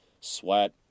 sweat